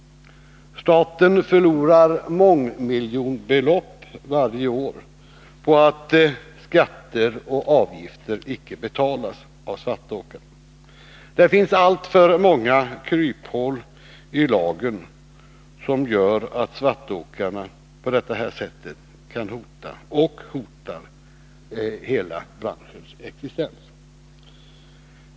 Staten förlorar mångmiljonbelopp varje år på att skatter och avgifter icke betalas av svartåkarna. Det finns alltför många kryphål i lagen, som gör att svartåkarna på detta sätt kan hota och hotar hela branschens existens.